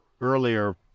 earlier